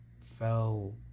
fell